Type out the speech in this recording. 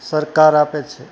સરકાર આપે છે